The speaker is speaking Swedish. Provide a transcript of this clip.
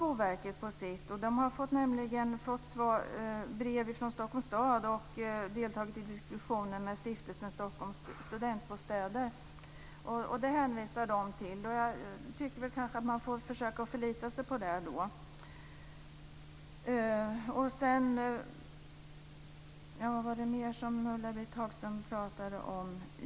Boverket har fått brev från Stockholms stad och deltagit i diskussioner med stiftelsen Stockholms Studentbostäder. Det hänvisar de till. Jag tycker att man får försöka förlita sig på det.